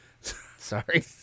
Sorry